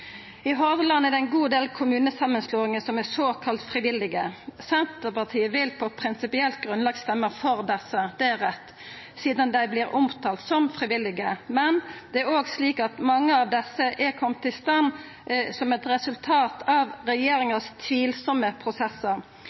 I Hordaland er det ein god del kommunesamanslåingar som er såkalla frivillige. Senterpartiet vil på prinsipielt grunnlag røysta for desse – det er rett – sidan dei vert omtalte som frivillige, men det er òg slik at mange av desse har kome i stand som eit resultat av regjeringas tvilsame prosessar,